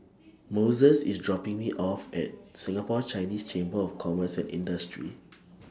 Moses IS dropping Me off At Singapore Chinese Chamber of Commerce and Industry